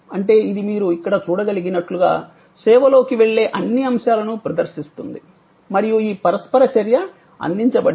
అంటే ఇది మీరు ఇక్కడ చూడగలిగినట్లుగా సేవలోకి వెళ్ళే అన్ని అంశాలను ప్రదర్శిస్తుంది మరియు ఈ పరస్పర చర్య అందించబడింది